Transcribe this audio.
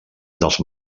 dels